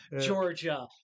Georgia